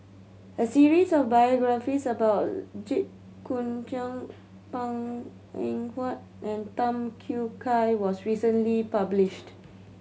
a series of biographies about Jit Koon Ch'ng Png Eng Huat and Tham Yui Kai was recently published